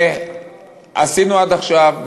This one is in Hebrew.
עשינו עד עכשיו,